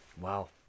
Wow